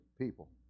people